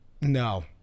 No